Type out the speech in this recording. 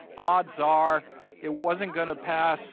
odds are it wasn't going to pass